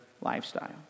lifestyle